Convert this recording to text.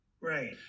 Right